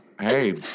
Hey